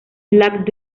black